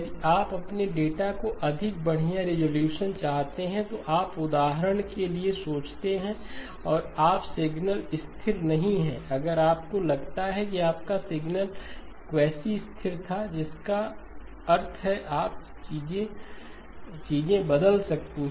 यदि आप अपने डेटा का अधिक बढ़िया रिज़ॉल्यूशन चाहते हैं यदि आप उदाहरण के लिए सोचते हैं कि आपका सिग्नल स्थिर नहीं है अगर आपको लगता है कि आपका सिग्नल क्वैसी स्थिर था जिसका अर्थ है कि चीजें बदल सकती हैं